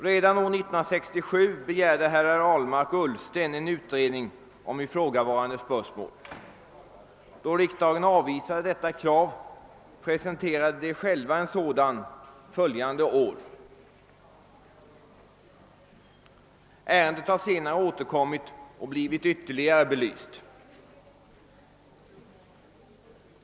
Redan år 1967 begärde herrar Ahlmark och Ullsten en utredning om ifrågavarande spörsmål. Sedan riksdagen hade avvisat deras krav presenterade de själva år 1968 en sådan utredning. Ärendet har senare återkommit och blivit ytterligare belyst.